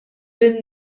lil